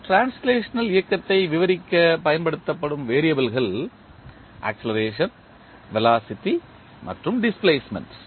translational இயக்கத்தை விவரிக்கப் பயன்படுத்தப்படும் வெறியபிள்கள் ஆக்ஸெலரேஷன் வெலாசிட்டி மற்றும் டிஸ்பிளேஸ்மெண்ட்